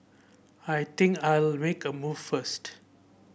I think I'll make a move first